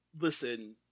listen